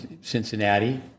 Cincinnati